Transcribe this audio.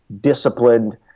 disciplined